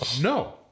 No